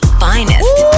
finest